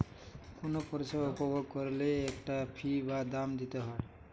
কুনো পরিষেবা উপভোগ কোরলে একটা ফী বা দাম দিতে হই